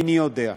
איני יודע.